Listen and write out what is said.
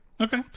Okay